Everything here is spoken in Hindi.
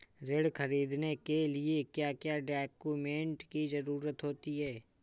ऋण ख़रीदने के लिए क्या क्या डॉक्यूमेंट की ज़रुरत होती है?